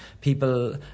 people